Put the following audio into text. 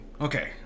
Okay